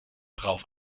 darauf